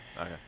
Okay